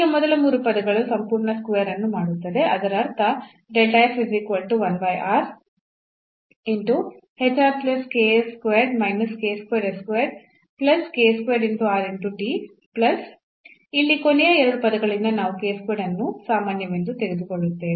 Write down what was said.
ಈಗ ಮೊದಲ 3 ಪದಗಳು ಸಂಪೂರ್ಣ square ಅನ್ನು ಮಾಡುತ್ತದೆ ಅದರ ಅರ್ಥ ಇಲ್ಲಿ ಕೊನೆಯ 2 ಪದಗಳಿಂದ ನಾವು ಅನ್ನು ಸಾಮಾನ್ಯವೆಂದು ತೆಗೆದುಕೊಳ್ಳುತ್ತೇವೆ